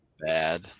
bad